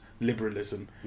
liberalism